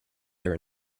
their